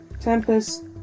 Tempest